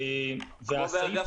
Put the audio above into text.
כמו בענף